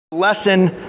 Lesson